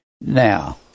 Now